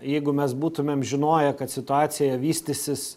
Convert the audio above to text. jeigu mes būtumėm žinoję kad situacija vystysis